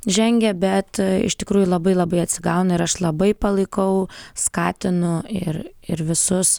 žengę bet iš tikrųjų labai labai atsigauna ir aš labai palaikau skatinu ir ir visus